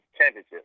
Championship